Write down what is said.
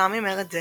כתוצאה ממרד זה